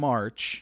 March